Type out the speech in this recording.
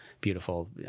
beautiful